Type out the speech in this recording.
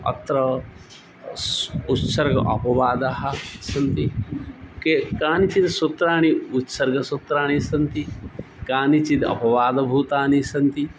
अत्र अस्य उत्सर्गः अपवादः सन्ति के कानिचित् सूत्राणि उत्सर्गसूत्राणि सन्ति कानिचिद् अपवादभूतानि सन्ति